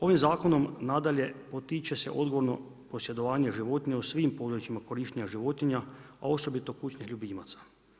Ovim zakonom nadalje, potiče se odgovorno posjedovanje životinja u svim područjima korištenja životinja a osobito kućnih ljubimaca.